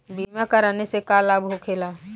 बीमा कराने से का लाभ होखेला?